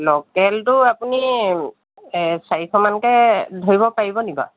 লোকেলটো আপুনি চাৰিশমানকৈ ধৰিব পাৰিবনি বাৰু